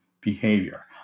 behavior